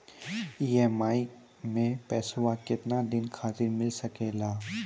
EMI मैं पैसवा केतना दिन खातिर मिल सके ला?